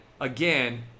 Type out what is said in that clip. again